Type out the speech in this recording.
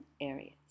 areas